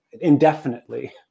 indefinitely